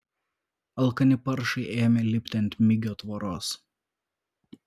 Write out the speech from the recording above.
alkani paršai ėmė lipti ant migio tvoros